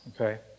okay